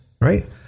right